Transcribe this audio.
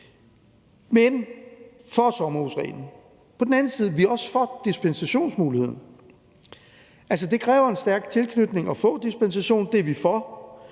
for sommerhusreglen. På den anden side er vi også for dispensationsmuligheden. Altså, det kræver en stærk tilknytning at få dispensation, og det er vi for